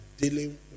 dealing